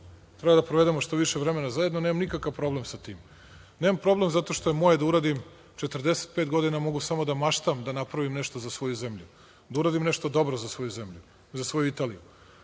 treba da provedemo što više vremena zajedno, nemam nikakav problem sa tim, nemam problem zato što je moje da uradim, 45 godina mogu samo da maštam da napravim nešto za svoju zemlju, da uradim nešto dobro za svoju zemlju, za svoju Italiju,